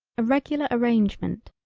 a regular arrangement,